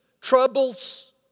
troubles